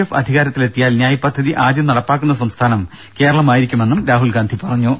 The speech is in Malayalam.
എഫ് അധികാരത്തിലെത്തിയാൽ ന്യായ് പദ്ധതി ആദ്യം നടപ്പാക്കുന്ന സംസ്ഥാനം കേരളമായിരിക്കുമെന്നും രാഹുൽ ഗാന്ധി പറഞ്ഞു